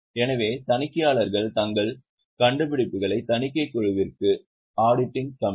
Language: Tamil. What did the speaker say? எனவே தணிக்கையாளர்கள் தங்கள் கண்டுபிடிப்புகளை தணிக்கைக் குழுவிற்கு தெரிவிக்க முடியும்